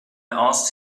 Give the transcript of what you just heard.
asked